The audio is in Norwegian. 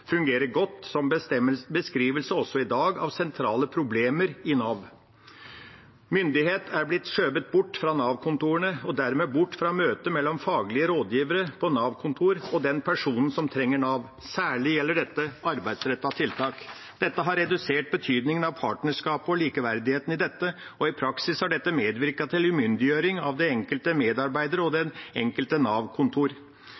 fungerer godt som beskrivelse også i dag av sentrale problemer i Nav. Myndighet er blitt skjøvet bort fra Nav-kontorene og dermed bort fra møtet mellom faglige rådgivere på Nav-kontor og den personen som trenger Nav. Særlig gjelder dette arbeidsrettede tiltak. Dette har redusert betydningen av partnerskapet og likeverdigheten i dette, og i praksis har det medvirket til umyndiggjøring av den enkelte medarbeider og det enkelte Nav-kontor. Senterpartiet mener at Nav Stat har sentralisert og